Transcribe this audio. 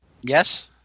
Yes